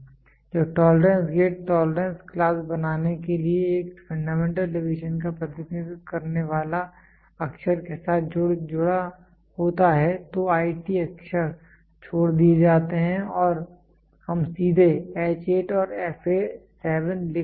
जब tolerance grade tolerance class बनाने के लिए एक फंडामेंटल डेविएशन का प्रतिनिधित्व करने वाले अक्षर के साथ जुड़ा होता है तो IT अक्षर छोड़ दिए जाते हैं और हम सीधे H8 और f 7 लिखते हैं